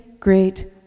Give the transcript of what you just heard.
great